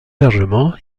largement